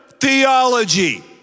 theology